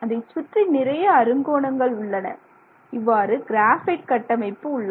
அதைச்சுற்றி நிறைய அருங்கோணங்கள் உள்ளன இவ்வாறு கிராபைட் கட்டமைப்பு உள்ளது